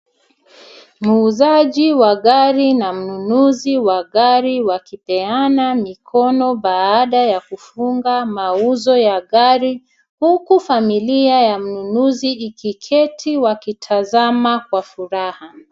Muuzaji wa gari na mnunuzi wa gari wakipeana mikono baada ya kufunga mauzo ya gari huku familia ya mnunuzi ikiketi wakitazama kwa furaha.